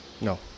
No